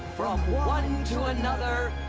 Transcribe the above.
from one and to another.